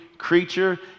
creature